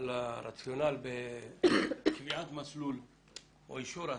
על הרציונל בקביעת מסלול או אישור הסעה,